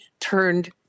turned